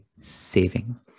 saving